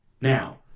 Now